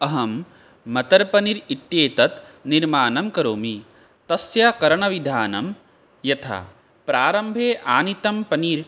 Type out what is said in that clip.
अहं मतर्पन्नीर् इत्येतत् निर्माणं करोमि तस्य करणविधानं यथा प्रारम्भे आनीतं पनीर्